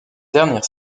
dernière